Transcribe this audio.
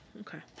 okay